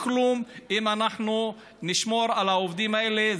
כלום אם אנחנו נשמור על העובדים האלה.